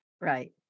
Right